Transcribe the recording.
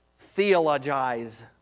theologize